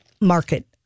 market